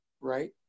right